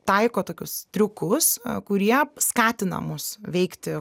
taiko tokius triukus kurie skatina mus veikti